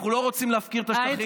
אנחנו לא רוצים להפקיר את השטחים,